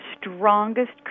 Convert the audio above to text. strongest